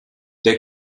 der